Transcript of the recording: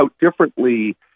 differently